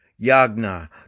Yagna